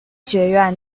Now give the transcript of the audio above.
学院